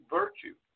virtue